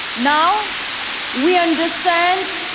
now we understand,